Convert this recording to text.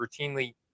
routinely